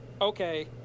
okay